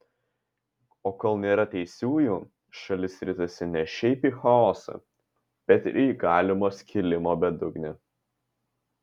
o kol nėra teisiųjų šalis ritasi ne šiaip į chaosą bet ir į galimo skilimo bedugnę